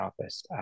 office